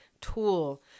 tool